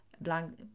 blank